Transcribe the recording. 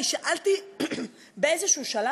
שאלתי בשלב כלשהו,